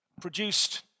produced